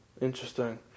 Interesting